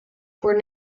were